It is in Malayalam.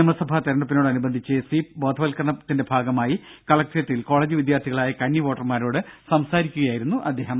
നിയമസഭാ തെരഞ്ഞെടുപ്പിനോട് അനുബന്ധിച്ച് സ്വീപ് ബോധവത്ക്കരണ ത്തിന്റെ ഭാഗമായി കളക്ടറേറ്റിൽ കോളജ് വിദ്യാർഥികളായ കന്നി വോട്ടർമാരോട് സംസാരിക്കുകയായിരുന്നു അദ്ദേഹം